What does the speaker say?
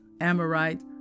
Amorite